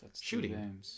shooting